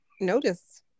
notice